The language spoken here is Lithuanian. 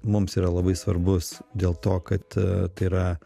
mums yra labai svarbus dėl to kad tai yra